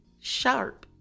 sharp